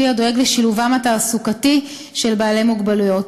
הדואג לשילובם התעסוקתי של בעלי מוגבלויות.